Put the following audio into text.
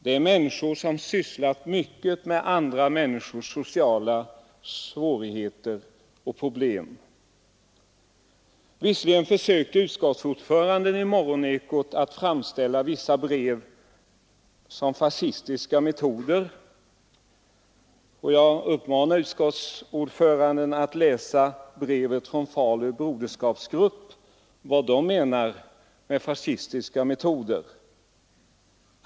Det är personer som sysslat mycket med andra människors sociala svårigheter och problem. Utskottsordföranden försökte i morgonekot att framställa vissa brev som uttryck för fascistiska metoder. Får jag uppmana utskottsordföranden att läsa brevet från Falu broderskapsgrupp och säga om det är uttryck för fascistiska metoder?